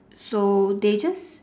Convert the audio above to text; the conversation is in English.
so they just